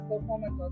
performance